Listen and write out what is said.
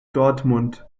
dortmund